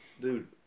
dude